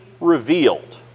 revealed